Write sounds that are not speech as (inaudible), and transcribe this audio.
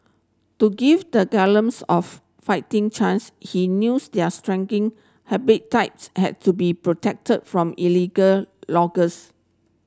to give the (unintelligible) of fighting chance he knew (unintelligible) their shrinking habitats had to be protected from illegal loggers